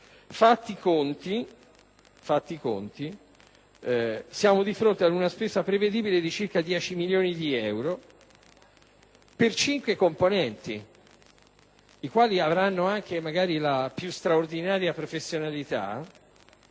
Fatti i conti, siamo di fronte ad una spesa prevedibile di circa 10 milioni di euro per cinque componenti, i quali avranno magari anche la più straordinaria professionalità,